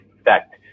effect